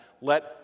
Let